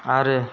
आरो